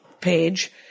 page